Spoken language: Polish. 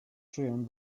czuję